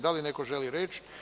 Da li neko želi reč?